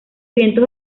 vientos